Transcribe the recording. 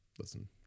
listen